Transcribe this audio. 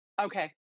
okay